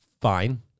fine